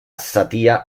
zatia